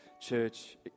church